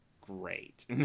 great